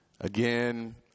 Again